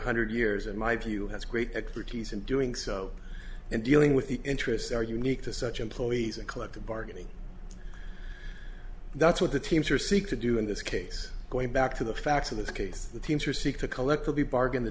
hundred years and my view has great expertise in doing so and dealing with the interests are unique to such employees a collective bargaining that's what the teams are seek to do in this case going back to the facts of the case the teams who seek to collectively bargain the